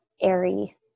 airy